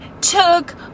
took